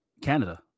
canada